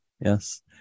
Yes